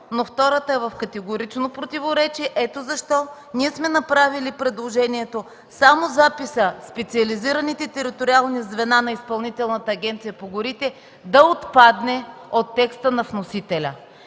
но втората е в категорично противоречие. Ето защо ние сме направили предложението: само записът „специализираните териториални звена на Изпълнителна агенция